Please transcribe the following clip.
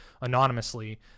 anonymously